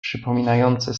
przypominające